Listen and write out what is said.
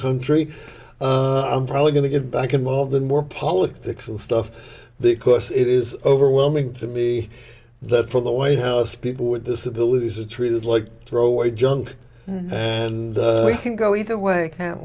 country i'm probably going to get back involved in more politics and stuff because it is overwhelming to me that for the white house people with disabilities are treated like throwaway junk and can go either way can't